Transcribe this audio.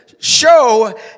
Show